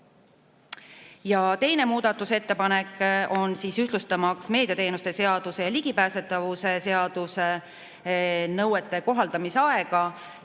Teine muudatusettepanek on tehtud ühtlustamaks meediateenuste seaduse ja ligipääsetavuse seaduse nõuete kohaldamise aega,